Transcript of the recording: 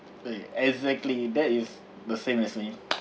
like exactly that is the same as me